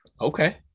okay